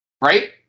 right